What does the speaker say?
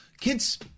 Kids